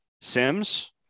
Sims